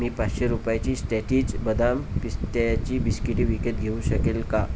मी पाचशे रुपयाची स्टॅटिज बदाम पिस्त्याची बिस्किटे विकत घेऊ शकेल का